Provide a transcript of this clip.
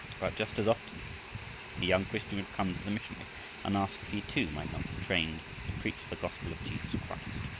but just as often a young christian would come to the missionary and ask if he too might not be trained to preach the gospel of jesus christ.